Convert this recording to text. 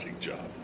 job